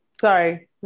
Sorry